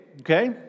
okay